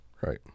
Right